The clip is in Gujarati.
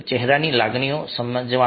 ચહેરાની લાગણીઓને સમજવામાં